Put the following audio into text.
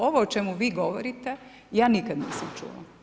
Ovo o čemu vi govorite, ja nikad nisam čula.